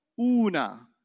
Una